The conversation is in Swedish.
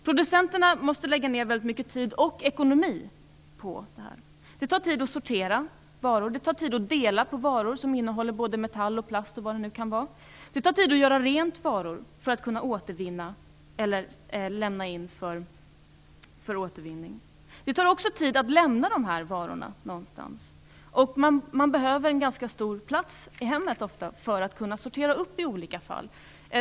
Producenterna måste lägga ned väldigt mycket tid och ekonomi på detta. Det tar tid att sortera varor, och det tar tid att dela på varor som innehåller både metall och plast och vad det nu kan vara. Det tar tid att göra rent varor för att kunna återvinna dem eller för att kunna lämna in dem för återvinning. Det tar också tid att lämna dessa varor någonstans. Man behöver också ofta ganska stor plats i hemmet för att kunna sortera.